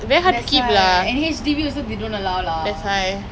that's why and H_D_B also they don't allow lah